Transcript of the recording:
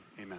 amen